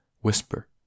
whisper